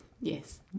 yes